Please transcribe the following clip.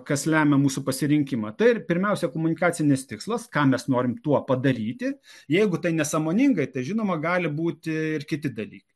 kas lemia mūsų pasirinkimą tai ir pirmiausia komunikacinis tikslas ką mes norim tuo padaryti jeigu tai nesąmoningai tai žinoma gali būti ir kiti dalykai